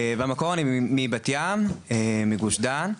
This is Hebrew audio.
במקור אני מבת ים מגוש דן,